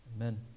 Amen